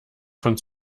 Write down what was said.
von